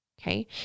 Okay